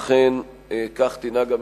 אכן כך תנהג הממשלה.